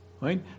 right